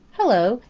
hello!